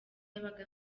yabaga